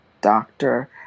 doctor